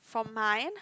for mine